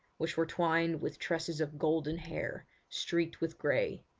which were twined with tresses of golden hair, streaked with grey,